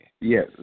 Yes